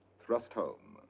thrust home.